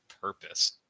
purpose